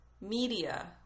media